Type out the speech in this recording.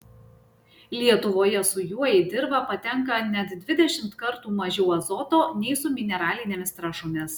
lietuvoje su juo į dirvą patenka net dvidešimt kartų mažiau azoto nei su mineralinėmis trąšomis